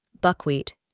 buckwheat